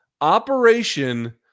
Operation